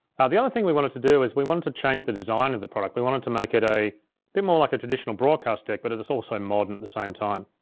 ah the other thing we wanted to do is we wanted to change the design of the product. we wanted to make it a bit more like a traditional broadcast deck, but that is also modern at the same time.